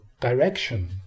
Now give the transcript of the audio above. direction